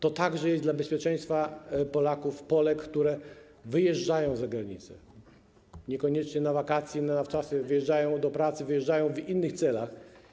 To także jest dla bezpieczeństwa Polaków, Polek, które wyjeżdżają za granicę, niekoniecznie na wakacje, na wczasy, bo wyjeżdżają np. do pracy, wyjeżdżają w innych celach.